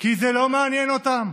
כי זה לא מעניין אותם.